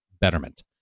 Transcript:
Betterment